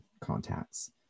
contacts